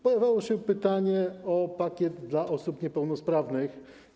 Pojawiały się pytania o pakiet dla osób niepełnosprawnych.